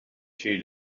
she